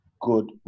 good